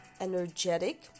energetic